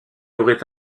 auraient